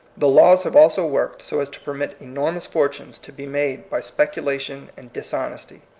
the laws have also worked so as to pei-mit enormous fortunes to be made by specula tion and dishonesty.